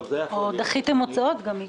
דחיתם הוצאות, מיקי.